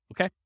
okay